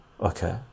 okay